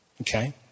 Okay